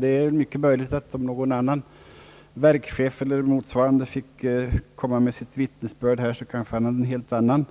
Det är mycket möjligt att om någon annan verkschef eller motsvarande fick komma med sitt vittnesbörd hade han kanske en helt annan